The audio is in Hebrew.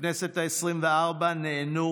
בכנסת העשרים-וארבע נענו